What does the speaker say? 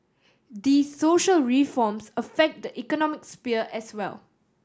these social reforms affect the economic sphere as well